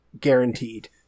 guaranteed